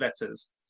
Letters